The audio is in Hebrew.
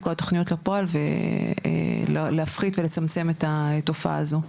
כל התוכניות לפועל ולהפחית ולצמצם את התופעה הזו.